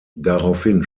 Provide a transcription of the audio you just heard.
daraufhin